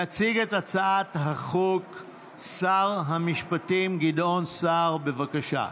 יציג את ההצעה שר המשפטים גדעון סער, בבקשה.